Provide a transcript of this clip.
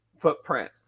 footprint